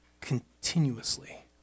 continuously